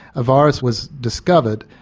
a virus was discovered,